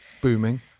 Booming